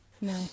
No